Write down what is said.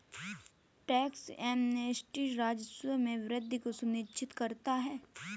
tax amnesty राजस्व में वृद्धि को सुनिश्चित करता है